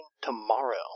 tomorrow